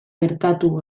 gertatu